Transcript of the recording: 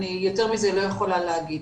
יותר מזה אני לא יכולה להגיד.